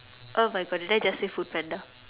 oh my god then I just say foodpanda